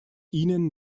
ihnen